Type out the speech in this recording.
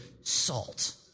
salt